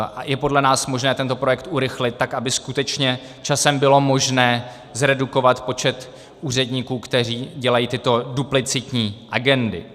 A je podle nás možné tento projekt urychlit tak, aby skutečně časem bylo možné zredukovat počet úředníků, kteří dělají tyto duplicitní agendy.